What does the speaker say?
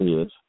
Yes